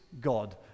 God